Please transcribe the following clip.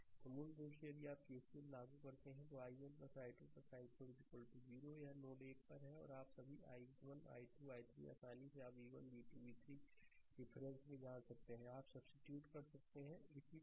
तो मूल रूप से यदि आप केसीएल लागू करते हैं तो i1 i2 i4 0 यह नोड 1 पर है और सभी i1 i2 i3 आसानी से आप v1 v2 v 3 के रिफरेंस में जान सकते हैं आप सब्सीट्यूट कर सकते हैं इसी तरह